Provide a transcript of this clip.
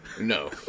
No